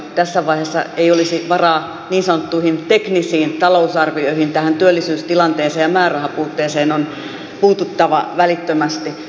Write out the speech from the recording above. tässä vaiheessa ei olisi varaa niin sanottuihin teknisiin talousarvioihin vaan tähän työllisyystilanteeseen ja määrärahan puutteeseen on puututtava välittömästi